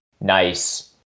nice